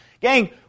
Gang